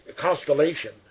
constellation